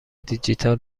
دیجیتال